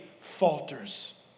falters